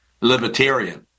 libertarian